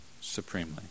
supremely